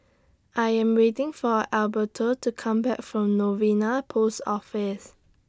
I Am waiting For Alberto to Come Back from Novena Post Office